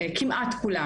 כמעט כולם"